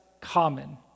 common